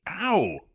Ow